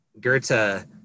Goethe